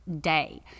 day